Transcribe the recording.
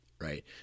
Right